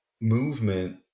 movement